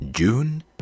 June